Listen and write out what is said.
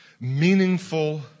meaningful